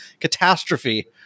catastrophe